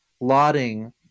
lauding